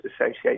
associated